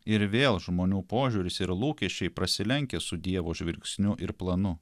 ir vėl žmonių požiūris ir lūkesčiai prasilenkia su dievo žvilgsniu ir planu